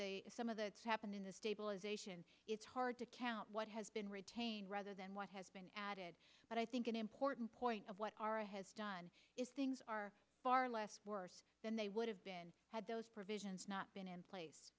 some of that happened in the stabilization it's hard to count what has been retained rather than what has been added but i think an important point of what our eye has done is things are far less worse than they would have been had those provisions not been in place